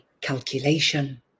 calculation